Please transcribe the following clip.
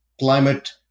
climate